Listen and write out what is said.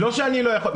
לא שאני לא יכול.